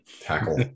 tackle